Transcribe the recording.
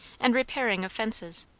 and repairing of fences,